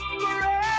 Forever